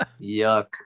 Yuck